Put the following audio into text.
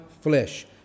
flesh